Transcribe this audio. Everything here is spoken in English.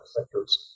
sectors